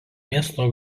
miesto